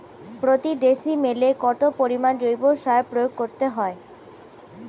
প্রতি ডিসিমেলে কত পরিমাণ জৈব সার প্রয়োগ করতে হয়?